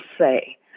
say